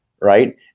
right